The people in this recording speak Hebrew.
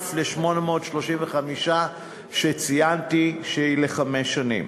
נוסף על 835 מיליון שציינתי, שהם לחמש שנים.